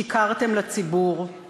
שיקרתם לציבור,